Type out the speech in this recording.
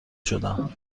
شدم